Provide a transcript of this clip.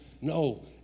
No